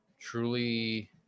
truly